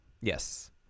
Yes